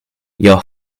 your